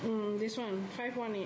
um this one five one eight